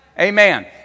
Amen